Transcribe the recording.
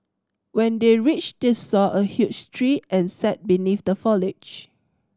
when they reached they saw a huge tree and sat beneath the foliage